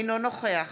אינו נוכח